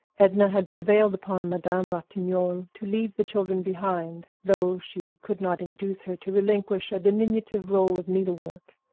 edna had prevailed upon madame ratignolle to leave the children behind, though she could not induce her to relinquish a diminutive roll of needlework,